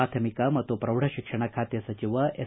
ಪ್ರಾಥಮಿಕ ಮತ್ತು ಪ್ರೌಢಶಿಕ್ಷಣ ಖಾತೆ ಸಚಿವ ಎಸ್